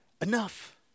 Enough